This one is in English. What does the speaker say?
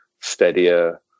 steadier